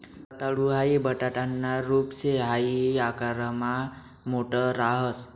रताळू हाई बटाटाना रूप शे हाई आकारमा मोठ राहस